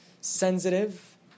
Sensitive